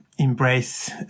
Embrace